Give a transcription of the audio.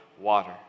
water